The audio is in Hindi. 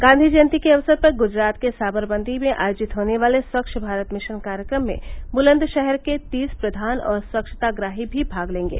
गांधी जयंती के अवसर पर गुजरात के सावरमती में आयोजित होने वाले स्वच्छ भारत मिशन कार्यक्रम में बुलंदशहर के तीस प्रधान और स्वच्छताग्राही भी भाग लेंगे